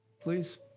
Please